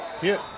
hit